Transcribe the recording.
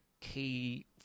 key